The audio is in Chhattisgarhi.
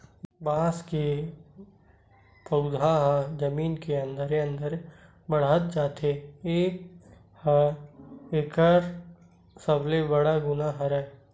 बांस के पउधा ह जमीन के अंदरे अंदर बाड़हत जाथे ए ह एकर सबले बड़का गुन हरय